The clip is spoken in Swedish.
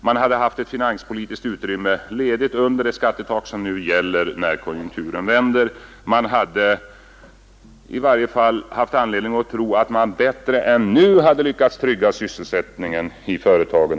Man hade haft ett finanspolitiskt utrymme ledigt under det skattetak som nu gäller när konjunkturen vänder, och det hade i varje fall funnits anledning att tro att man bättre än nu hade lyckats trygga sysselsättningen i företagen.